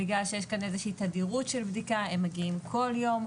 יש כאן איזושהי תדירות של בדיקה הם מגיעים כל יום,